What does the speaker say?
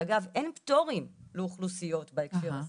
אגב, אין פטורים לאוכלוסיות בהקשר הזה,